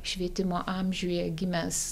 švietimo amžiuje gimęs